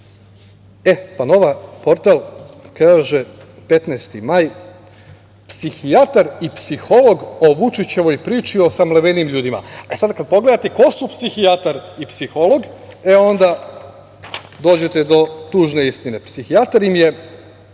„Nova S“ kaže, 15. maj – psihijatar i psiholog o Vučićevoj priči o samlevenim ljudima. Kad pogledate ko su psihijatar i psiholog, onda dođete do tužne istine. Psihijatar im je